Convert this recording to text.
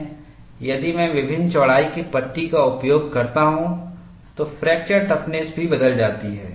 यदि मैं विभिन्न चौड़ाई के पट्टी का उपयोग करता हूं तो फ्रैक्चर टफ़्नस भी बदल जाती है